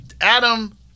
Adam